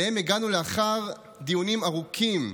ואליהם הגענו לאחר דיונים ארוכים,